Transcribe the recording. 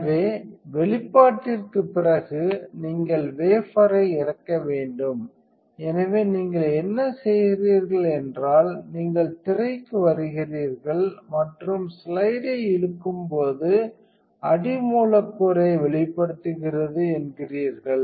எனவே வெளிப்பாட்டிற்குப் பிறகு நீங்கள் வேபரை இறக்க வேண்டும் எனவே நீங்கள் என்ன செய்கிறீர்கள் என்றால் நீங்கள் திரைக்கு வருகிறீர்கள் மற்றும் ஸ்லைடை இழுக்கும்போது அடி மூலக்கூறை வெளிப்படுகிறது என்கிறீர்கள்